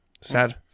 Sad